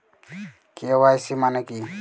KYC মানে কী?